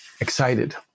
excited